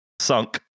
sunk